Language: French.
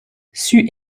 c’eût